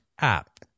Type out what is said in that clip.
app